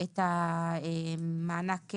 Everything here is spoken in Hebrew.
המעלון שהותקן,